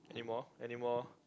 anymore anymore